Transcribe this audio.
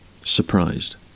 surprised